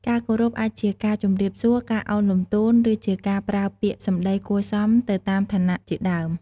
ការគោរព អាចជាការជម្រាបសួរ ការឱនលំទោន ឫជាការប្រើពាក្យសម្ដីគួរសមទៅតាមឋានៈជាដើម។